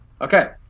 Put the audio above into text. Okay